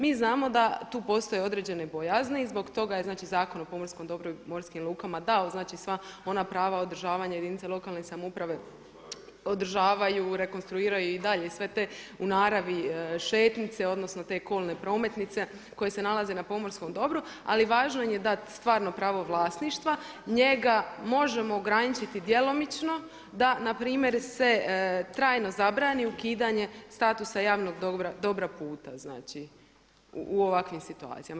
Mi znamo da tu postoje određene bojazni i zbog toga je Zakon o pomorskom dobru i morskim lukama dao sva ona prava održavanja jedinica lokalne samouprave održavaju, rekonstruiraju i dalje sve te u naravi šetnjice odnosno te kolne prometnice koje se nalaze na pomorskom dobru, ali važno je dati stvarno pravo vlasništva, njega možemo ograničiti djelomično da npr. se trajno zabrani ukidanje statusa javnog dobra puta u ovakvim situacijama.